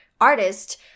artist